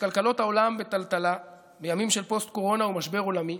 כשכלכלות העולם בטלטלה בימים של פוסט-קורונה ומשבר עולמי,